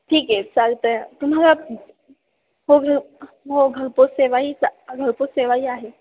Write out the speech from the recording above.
ठीक आहे चालतं आहे तुम्हाला हो घ हो घरपोच सेवाही च् घरपोच सेवाही आहे